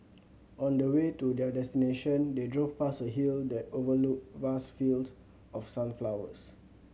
on the way to their destination they drove past a hill that overlooked vast field of sunflowers